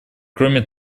кроме